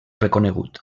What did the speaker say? reconegut